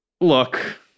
look